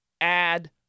add